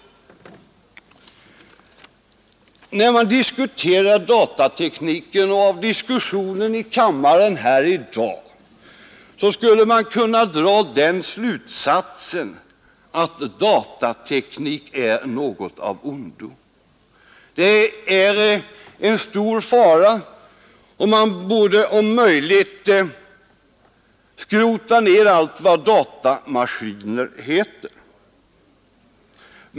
Av diskussionen i kammaren i dag om datatekniken skulle man kunna dra den slutsatsen, att datateknik är något av ondo och innebär en stor fara och att man om möjligt borde skrota ner allt vad datamaskiner heter.